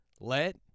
Let